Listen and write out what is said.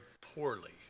poorly